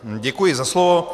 Děkuji za slovo.